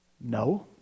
No